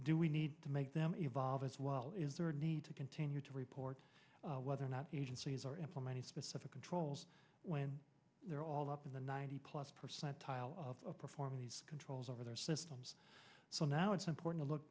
do we need to make them evolve as well is there a need to continue to report whether or not agencies are implementing specific controls when they're all up in the ninety plus percent tile of performing these controls over their systems so now it's important to look